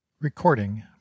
Recording